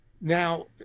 now